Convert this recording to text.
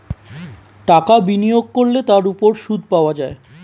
টাকা বিনিয়োগ করলে তার উপর সুদ পাওয়া যায়